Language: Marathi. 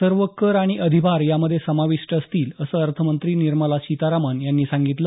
सर्व कर आणि अधिभार यामध्ये समाविष्ट असतील असं अर्थमंत्री निर्मला सीतारामन यांनी सांगितलं